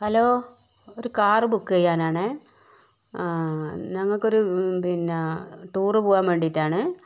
hello ഒരു car book ചെയ്യാനാണേ ഞങ്ങൾക്കൊരു പിന്നെ ടൂർ പോവാൻ വേണ്ടിയിട്ടാണ്